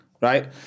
right